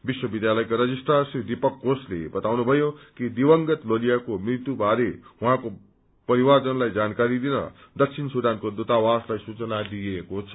विश्व विष्यालयका रजिस्ट्रार श्री दीपक घोषले बताउनुभयो कि दिवंगत लोलियाको मृत्यु बारे उहाँको परिवारजनलाई जानकारी दिन दक्षिण सुडानको दूतावासलाई सुचना दिइएको छ